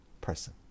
person